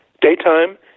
Daytime